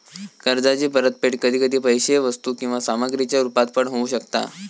कर्जाची परतफेड कधी कधी पैशे वस्तू किंवा सामग्रीच्या रुपात पण होऊ शकता